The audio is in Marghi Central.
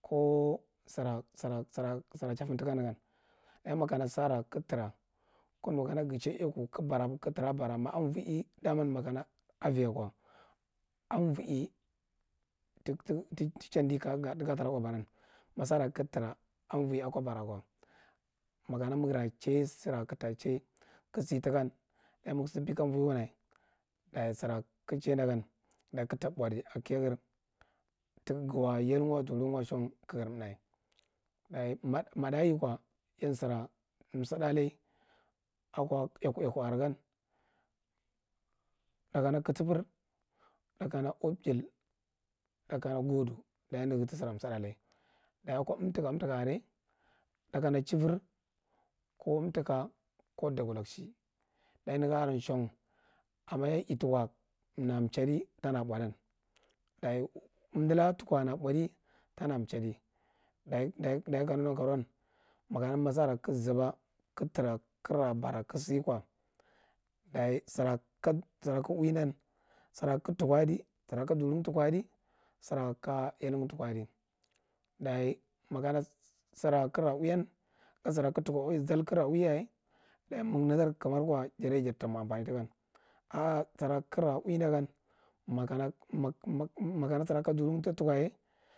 Ko sira sira sira chafen tikanegma daye makama sarra kagu tra ka gunu kaa guchaye ika kagir tra bara aviye dama makana aviyako aviye ti- ti chandi ga trako baran, mi sara kaga tra avige ako bara ko vakama guda chaye sira kagu tala chaye kagu siy tikam daye na ga sife kam vo wun dage bira kagi chaye dan kagu ta bothi daye guwa yal guwa, durinwa shan kagre thaith, ma thahye ko daye sira sudda wa ako iku iku are yan thakana khutubre, thakan uboji thakana gowdu daye neghi tisirra sudda da, daye ako umtika umtika are thakona chivir ko umthika ko dagulashe, daye nega aran shan ayam yetuko na chadi ta na bothdin daye undulaka tuko na bothdi tana chadia daye ka neghi nankaroun aye masara kagu zuba kagu tra kagu uwidan sira kagu tukih ahi siro ka durin tukuh ai gira ka yalgu tuguh adi daye makana sira kaga la uwiyan ka sira kagu tukuh zad agu lauwiyaye daye miaga nadar khiwmar ko jarye jartamo ampani tikan, sira kaya la uwidagan maka makmak makana siru ka durin ti tukoye.